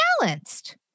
balanced